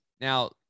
now